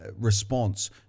response